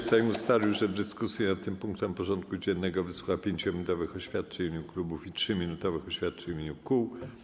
Sejm ustalił, że w dyskusji nad tym punktem porządku dziennego wysłucha 5-minutowych oświadczeń w imieniu klubów i 3-minutowych oświadczeń w imieniu kół.